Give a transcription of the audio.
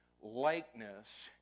likeness